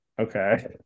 okay